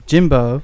Jimbo